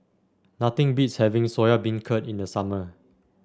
nothing beats having Soya Beancurd in the summer